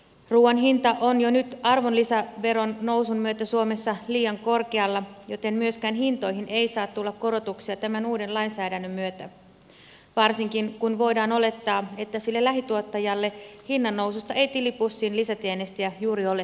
ruuan hinta on jo nyt arvonlisäveron nousun myötä suomessa liian korkealla joten myöskään hintoihin ei saa tulla korotuksia tämän uuden lainsäädännön myötä varsinkin kun voidaan olettaa että sille lähituottajalle hinnannoususta ei tilipussiin lisätienestiä juuri ole tiedossa